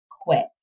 quit